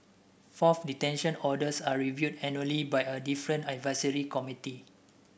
fourth detention orders are reviewed annually by a different advisory committee